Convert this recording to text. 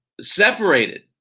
separated